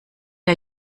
der